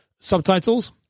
subtitles